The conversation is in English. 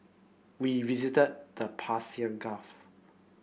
we visited the Persian Gulf